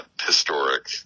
historic